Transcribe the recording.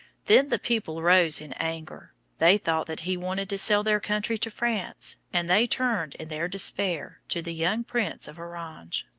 then the people rose in anger, they thought that he wanted to sell their country to france, and they turned in their despair to the young prince of orange.